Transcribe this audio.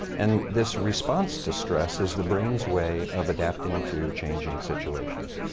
and this response to stress is the brain's way of adapting to changing situations.